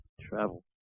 travel